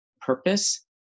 purpose